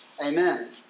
Amen